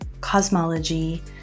cosmology